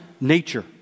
nature